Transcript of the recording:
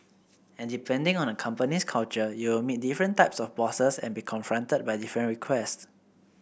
and depending on a company's culture you will meet different types of bosses and be confronted by different requests